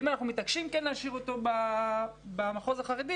אם אנחנו מתעקשים כן להשאיר במחוז החרדי